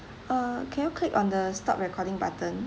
uh can you click on the stop recording button